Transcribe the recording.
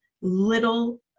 little